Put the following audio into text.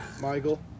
Michael